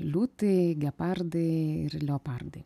liūtai gepardai ir leopardai